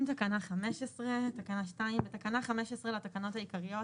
תיקון תקנה 15. 2. בתקנה 15 לתקנות העיקריות,